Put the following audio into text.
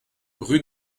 rue